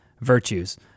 virtues